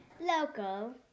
Local